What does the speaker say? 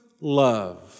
love